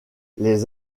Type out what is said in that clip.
les